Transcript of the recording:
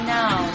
now